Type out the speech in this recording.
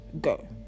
go